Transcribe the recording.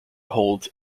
holds